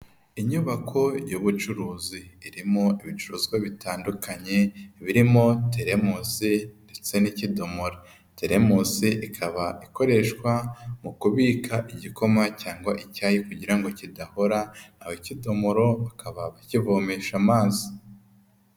Inyubako y'ubucuruzi irimo ibicuruzwa bitandukanye, birimo telemusi ndetse n'ikidomoro, telemusi ikaba ikoreshwa mu kubika igikoma cyangwa icyayi kugira ngo kidahora, naho ikidomoro bakaba bakivomesha amazi.